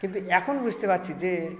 কিন্তু এখন বুঝতে পারছি যে